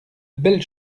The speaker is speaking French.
belle